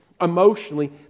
emotionally